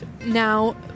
Now